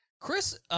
Chris –